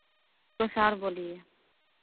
कुछ और बोलिए